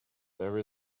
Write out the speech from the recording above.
there